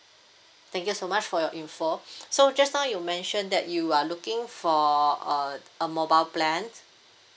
thank you so much for your info so just now you mention that you are looking for uh a mobile plan